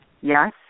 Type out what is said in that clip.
yes